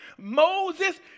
Moses